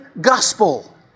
gospel